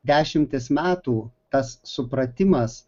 dešimtis metų tas supratimas